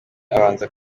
abanza